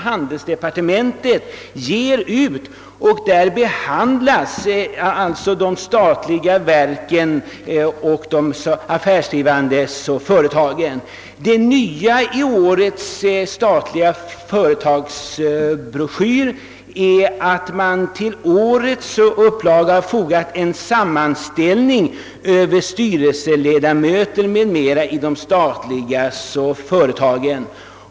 Handelsdepartementet ger ju ut en fullständig broschyr, i vilken de statliga affärsdrivande företagen behandlas. Det nya i den statliga företagsbroschyren är att man till årets upplaga fogat en sammanställning över styrelseledamöter m.fl. i de statliga företagen.